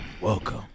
welcome